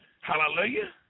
Hallelujah